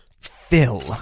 Phil